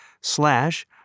slash